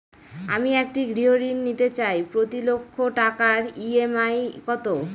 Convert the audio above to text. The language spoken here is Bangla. আমি একটি গৃহঋণ নিতে চাই প্রতি লক্ষ টাকার ই.এম.আই কত?